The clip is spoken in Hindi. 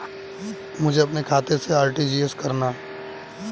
मुझे अपने खाते से आर.टी.जी.एस करना?